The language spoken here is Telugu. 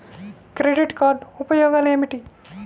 క్రెడిట్ కార్డ్ ఉపయోగాలు ఏమిటి?